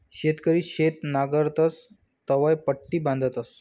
शेतकरी शेत नांगरतस तवंय पट्टी बांधतस